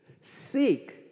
Seek